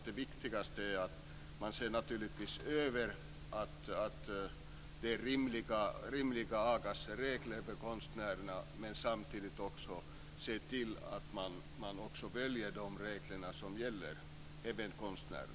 Det viktigaste är att se över att det finns rimliga a-kasseregler för konstnärerna, men samtidigt se till att även konstnärerna följer gällande regler.